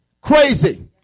crazy